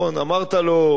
אמרת לו,